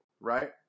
right